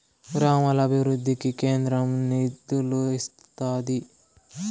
గ్రామాల అభివృద్ధికి కేంద్రం నిధులు ఇత్తాది